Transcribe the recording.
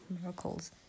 miracles